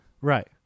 Right